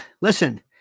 listen